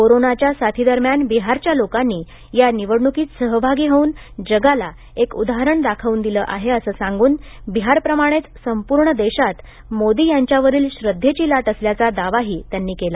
कोरोनाच्या साथीदरम्यान बिहारच्या लोकांनी या निवडणुकीत सहभागी होऊन जगाला एक उदाहरण दाखवून दिलं आहे असं सांगून बिहारप्रमाणेच संपूर्ण देशात मोदी यांच्यावरील श्रद्धेची लाट असल्याचा दावाही त्यांनी केला